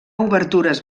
obertures